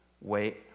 Wait